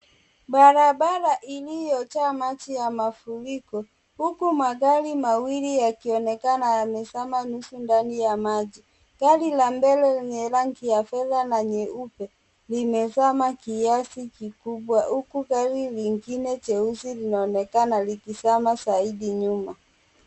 Barabara iliyo jaa mafuriko, huku magari mawili yakionekana yamesema nusu ndani ya maji. Gari la mbele lenye rangi ya fedha na nyeupe limesema kiasi kikubwa, huku gari lingine jeusi linaonekana likizema zaidi nyuma.